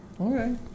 Okay